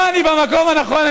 לא, אני במקום הנכון.